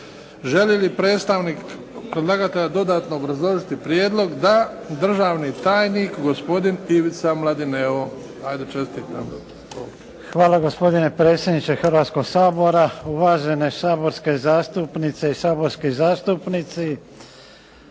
Želi li predstavnik predlagatelja dodatno obrazložiti prijedlog? Da. Državni tajnik gospodin Ivica Mladineo. Ajde čestitam. **Mladineo, Ivica** Hvala gospodine predsjedniče Hrvatskog sabora. Uvažene saborske zastupnice i saborski zastupnici.